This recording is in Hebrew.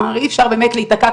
אי אפשר באמת להיתקע,